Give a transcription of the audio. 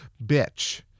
bitch